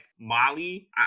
Molly